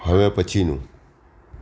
હવે પછીનું